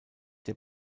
der